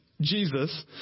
Jesus